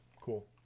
cool